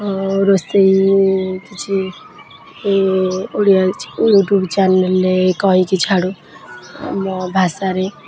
ଆଉ ରୋଷେଇ କିଛି ଓଡ଼ିଆ କିଛି ୟୁ ଟ୍ୟୁବ୍ ଚ୍ୟାନେଲ୍ରେ କହିକି ଛାଡ଼ୁ ମୋ ଭାଷାରେ